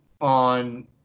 on